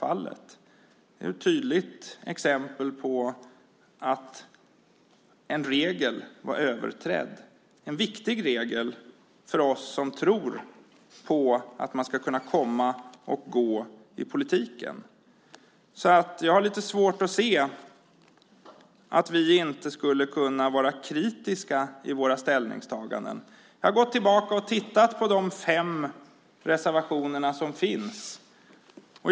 Det är ett tydligt exempel på att en regel var överträdd - en viktig regel för oss som tror på att man ska kunna komma och gå i politiken. Jag har svårt att se att vi inte skulle kunna vara kritiska i våra ställningstaganden. Jag har gått tillbaka och tittat på de fem reservationerna.